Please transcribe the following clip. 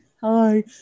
Hi